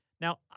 Now